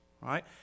right